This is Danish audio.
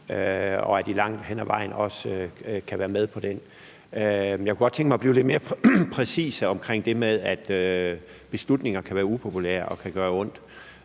og at man langt hen ad vejen også kan være med på den. Jeg kunne godt tænke mig, at man blev lidt mere præcis omkring det med, at beslutninger kan være upopulære og kan gøre ondt.